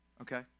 Okay